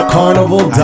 Carnival